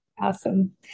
Awesome